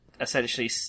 essentially